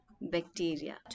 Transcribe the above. bacteria